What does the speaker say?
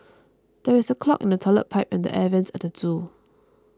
there is a clog in the Toilet Pipe and the Air Vents at the zoo